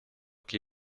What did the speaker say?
che